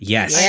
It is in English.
Yes